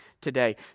today